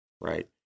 Right